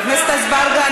חבר הכנסת אזברגה,